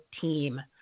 team